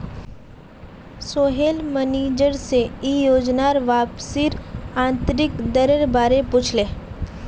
Sohail manager से ई योजनात वापसीर आंतरिक दरेर बारे पुछले